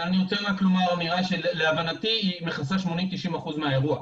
אבל אני רוצה לומר אמירה שלהבנתי היא מכסה 90%-80% מהאירוע,